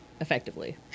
effectively